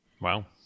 Wow